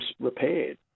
repaired